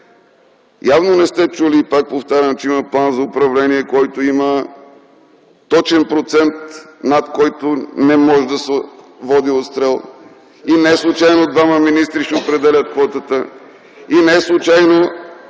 Явно не сте чули, пак повтарям, че има план за управление, в който има точен процент, над който не може да се води отстрел. Неслучайно двама министри ще определят квотата, неслучайно